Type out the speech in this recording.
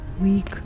weak